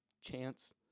chance